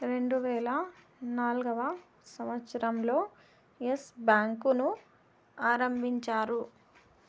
రెండువేల నాల్గవ సంవచ్చరం లో ఎస్ బ్యాంకు ను ఆరంభించారు